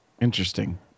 Interesting